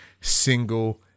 single